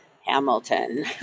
Hamilton